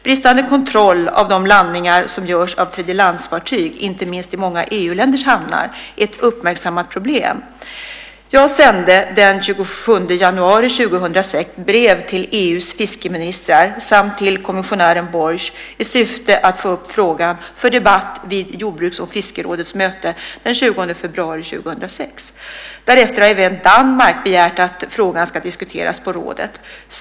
Bristande kontroll av de landningar, som görs av tredjelandsfartyg, inte minst i många EU-länders hamnar, är ett uppmärksammat problem. Jag sände den 27 januari 2006 brev till EU:s fiskeministrar samt till kommissionären Borg i syfte att få upp frågan för debatt vid jordbruks och fiskerådets möte den 20 februari 2006. Därefter har även Danmark begärt att frågan ska diskuteras på rådet.